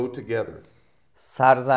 together